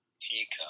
teacup